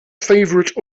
favourite